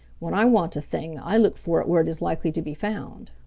when i want a thing i look for it where it is likely to be found.